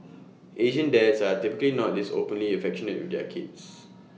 Asian dads are typically not this openly affectionate with their kids